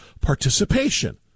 participation